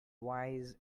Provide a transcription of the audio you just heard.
wise